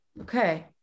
okay